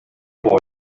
boy